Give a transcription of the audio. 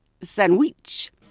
sandwich